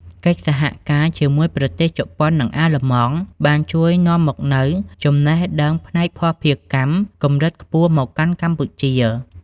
កិច្ចសហការជាមួយប្រទេសជប៉ុន និងអាល្លឺម៉ង់ បានជួយនាំមកនូវ "ចំណេះដឹងផ្នែកភស្តុភារកម្ម" កម្រិតខ្ពស់មកកាន់កម្ពុជា។